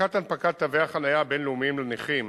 הפסקת הנפקת תווי החנייה הבין-לאומיים לנכים